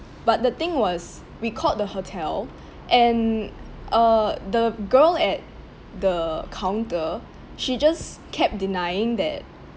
but the thing was we called the hotel and uh the girl at the counter she just kept denying that